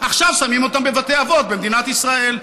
ועכשיו שמים אותם בבתי אבות במדינת ישראל.